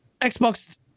xbox